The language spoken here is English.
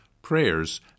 prayers